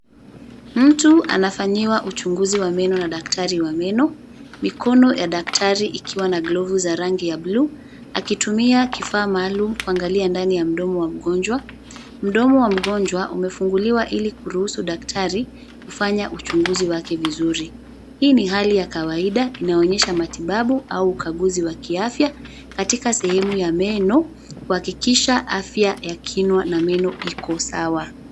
Mtu anafanyiwa uchunguzi wa meno na daktari wa meno, mikono ya daktari ikiwa na glovu za rangi ya bluu akitumia kifaa maalum kuangalia ndani ya mdomo wa mgonjwa. Mdomo wa mgonjwa umefunguliwa ili kuruhusu daktari kufanya uchunguzi wake vizuri. Hii ni hali ya kawaida inaonyesha matibabu au ukaguzi wa kiafya katika sehemu ya meno, kuhakikisha afya ya kinywa na meno yako sawa.